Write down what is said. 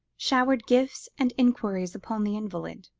showered gifts and enquiries upon the invalid.